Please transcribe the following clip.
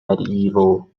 medieval